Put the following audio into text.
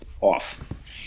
off